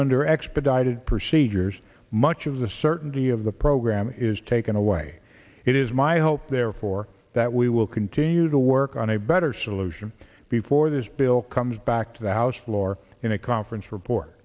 under expedited procedures much of the certainty of the program is taken away it is my hope therefore that we will continue to work on a better solution before this bill comes back to the house floor in a conference report